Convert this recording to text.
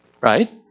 Right